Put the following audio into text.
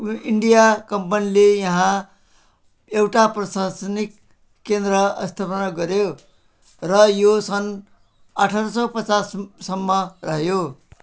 India कम्पनीले यहाँ एउटा प्रशासनिक केन्द्र स्थापना गऱ्यो र यो सन् अठार सौ पचाससम्म रह्यो